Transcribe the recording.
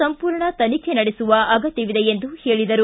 ಸಂಪೂರ್ಣ ತನಿಖೆ ನಡೆಸುವ ಅಗತ್ಯವಿದೆ ಎಂದು ಹೇಳಿದರು